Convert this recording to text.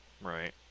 Right